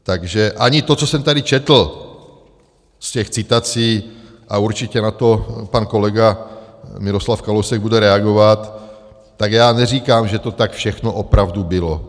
Takže ani to, co jsem tady četl z těch citací, a určitě na to pan kolega Miroslav Kalousek bude reagovat, tak já neříkám, že to tak všechno opravdu bylo.